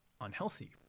unhealthy